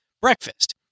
breakfast